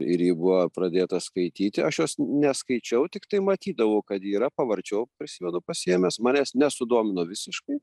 ir ji buvo pradėta skaityti aš jos neskaičiau tiktai matydavau kad yra pavarčiau prisimenu pasiėmęs manęs nesudomino visiškai